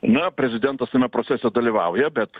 na prezidentas tame procese dalyvauja bet